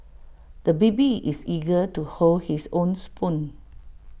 the baby is eager to hold his own spoon